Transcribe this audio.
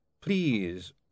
Please